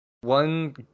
One